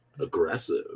aggressive